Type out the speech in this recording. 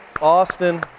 Austin